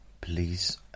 Please